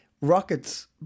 rockets